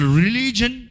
religion